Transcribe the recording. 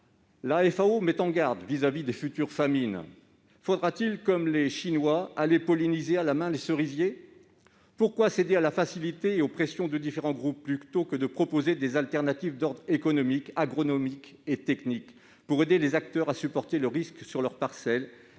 met en garde contre de futures famines, faudra-t-il, comme en Chine, polliniser à la main les cerisiers ? Pourquoi céder à la facilité et aux pressions de différents groupes, au lieu de proposer des alternatives d'ordre économique, agronomique et technique pour aider les acteurs à supporter le risque sur leur parcelle